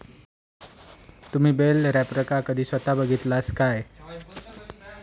तुम्ही बेल रॅपरका कधी स्वता बघितलास काय?